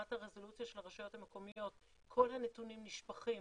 ברמת הרזולוציה של הרשויות המקומיות כל הנתונים נשפכים